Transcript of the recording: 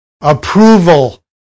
approval